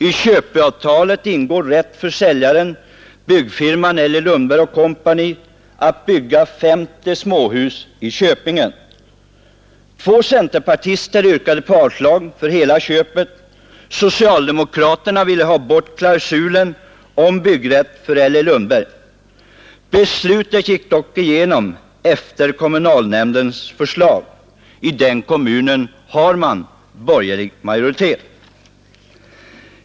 I köpeavtalet ingår rätt för säljaren byggfirman L E Lundberg & Co att bygga 50 småhus i köpingen. Två centerpartister yrkade på avslag för hela köpet. Socialdemokraterna ville ha bort klausulen om byggrätt för L E Lundberg. Beslutet gick dock igenom efter kommunalnämndens förslag.” I den kommunen har man borgerlig majoritet.